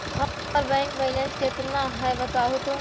हमर bank balance केतना है बताहु तो?